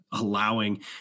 allowing